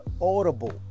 audible